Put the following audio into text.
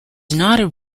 not